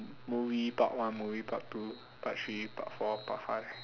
movie part one movie part two part three part four part five